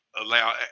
allow